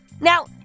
Now